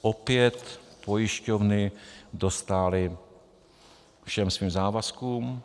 Opět pojišťovny dostály všem svým závazkům.